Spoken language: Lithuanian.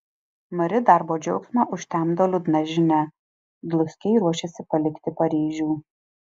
mari darbo džiaugsmą užtemdo liūdna žinia dluskiai ruošiasi palikti paryžių